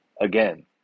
Again